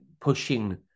pushing